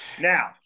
Now